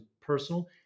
personal